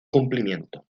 cumplimiento